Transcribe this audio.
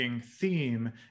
theme